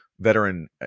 veteran